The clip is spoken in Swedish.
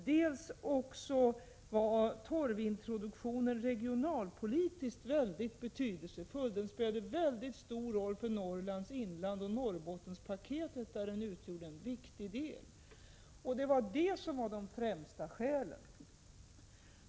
Dessutom var torvintroduktionen regionalpolitiskt mycket betydelsefull och spelade en stor roll för Norrlands inland och för Norrbottenspaketet, där den utgjorde en viktig del. Detta var de främsta skälen.